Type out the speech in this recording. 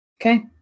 okay